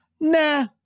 nah